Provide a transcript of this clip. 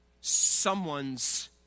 someone's